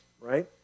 right